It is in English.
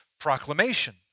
proclamation